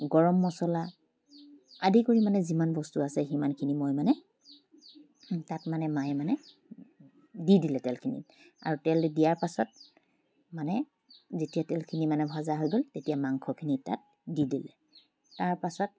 গৰম মছলা আদি কৰি মানে যিমান বস্তু আছে সিমানখিনি মই মানে তাত মানে মায়ে মানে দি দিলে তেলখিনিত আৰু তেলত দিয়াৰ পাছত মানে যেতিয়া তেলখিনি মানে ভজা হৈ গ'ল তেতিয়া মাংসখিনি তাত দি দিলে তাৰপাছত